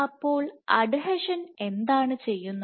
അപ്പോൾ adhesion Adheshion എന്താണ് ചെയ്യുന്നത്